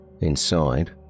Inside